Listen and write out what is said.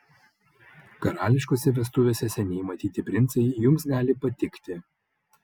karališkose vestuvėse seniai matyti princai jums gali patikti